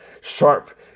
sharp